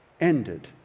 ended